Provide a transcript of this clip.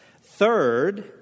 Third